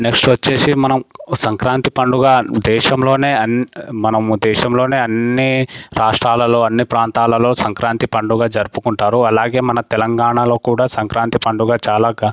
next వచ్చేసి మనం సంక్రాంతి పండగ దేశంలోనే అండ్ మనము దేశంలోనే అన్ని రాష్ట్రాలలో అన్ని ప్రాంతాలలో సంక్రాంతి పండగ జరుపుకుంటారు అలాగే మన తెలంగాణలో కూడా సంక్రాంతి పండగ చాలా ఘ